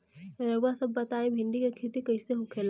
रउआ सभ बताई भिंडी क खेती कईसे होखेला?